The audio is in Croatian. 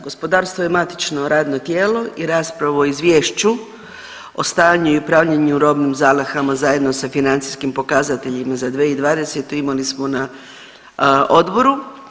Gospodarstvo je matično radno tijelo i raspravu o Izvješću o stanju i upravljanju robnim zalihama zajedno sa financijskim pokazateljima za 2020. imali smo na odboru.